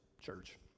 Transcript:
church